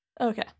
okay